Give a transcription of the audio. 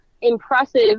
impressive